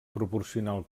proporcional